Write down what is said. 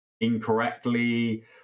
incorrectly